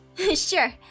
Sure